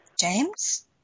James